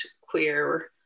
queer